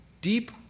deep